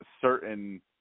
certain